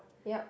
yeap